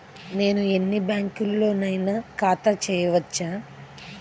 నేను ఎన్ని బ్యాంకులలోనైనా ఖాతా చేయవచ్చా?